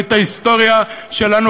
את ההיסטוריה שלנו,